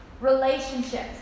Relationships